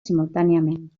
simultàniament